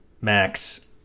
Max